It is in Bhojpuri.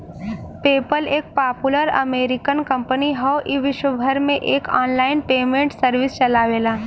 पेपल एक पापुलर अमेरिकन कंपनी हौ ई विश्वभर में एक आनलाइन पेमेंट सर्विस चलावेला